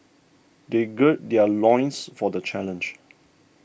they gird their loins for the challenge